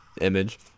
image